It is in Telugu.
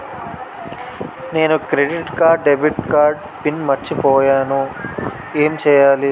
నేను క్రెడిట్ కార్డ్డెబిట్ కార్డ్ పిన్ మర్చిపోయేను ఎం చెయ్యాలి?